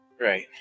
Right